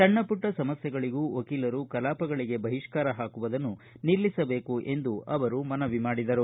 ಸಣ್ಣ ಪುಟ್ಟ ಸಮಸ್ಥೆಗಳಿಗೂ ವಕೀಲರು ಕಲಾಪಗಳಿಗೆ ಬಹಿಷ್ಠಾರ ಹಾಕುವುದನ್ನು ನಿಲ್ಲಿಸಬೇಕು ಎಂದು ಮನವಿ ಮಾಡಿದರು